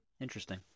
Interesting